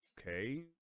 okay